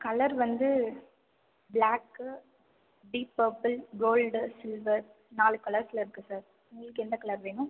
colour வந்து black deep purple gold silver நாலு கலர்ஸில் இருக்கு சார் உங்களுக்கு எந்த கலர் வேணும்